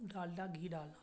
डालडा धी डालना उस में